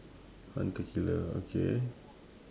hunter killer okay